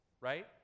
Right